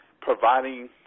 providing